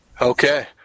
Okay